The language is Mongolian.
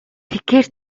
тэгэхээр